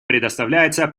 предоставляется